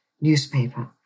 newspaper